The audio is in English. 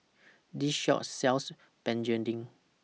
This Shop sells Begedil